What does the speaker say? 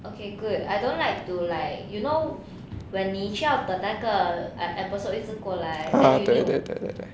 okay good I don't like to like you know when nature of 那个 episode 一直过来 then you need to